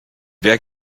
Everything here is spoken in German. wer